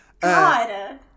God